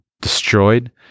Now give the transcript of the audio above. destroyed